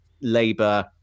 Labour